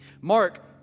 Mark